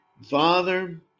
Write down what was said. Father